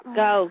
go